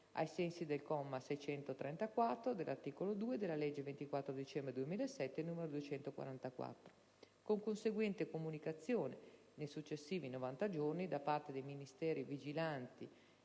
ai sensi del comma 634 dell'articolo 2 della legge 24 dicembre 2007, n. 244 con conseguente comunicazione, nei successivi 90 giorni, da parte dei Ministri vigilanti